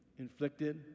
inflicted